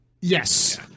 yes